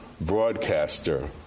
broadcaster